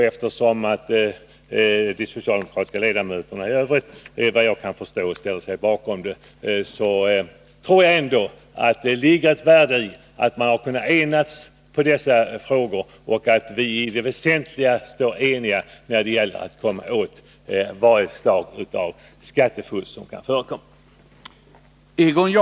Eftersom de socialdemokratiska ledamöterna i övrigt vad jag kan förstå ställer sig bakom detta, tror jag ändå att det ligger ett värde i att man kunnat enas om dessa frågor och att vi i det väsentliga står eniga när det gäller att komma åt varje slag av skattefusk som kan förekomma.